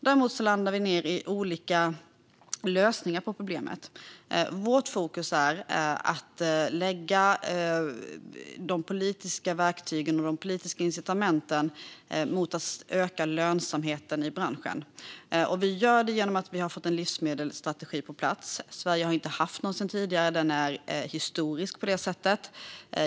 Däremot landar vi i olika lösningar på problemet. Vårt fokus är på att lägga de politiska verktygen och incitamenten på att öka lönsamheten i branschen. Det gör vi genom att vi har fått en livsmedelsstrategi på plats. Sverige har inte haft någon sedan tidigare. Den är historisk.